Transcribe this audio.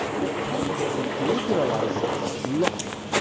but pregnancy literalizes lust,